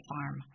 Farm